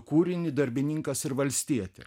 kūrinį darbininkas ir valstietė